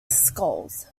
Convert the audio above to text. skulls